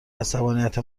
عصبانیت